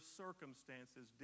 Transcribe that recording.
circumstances